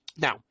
Now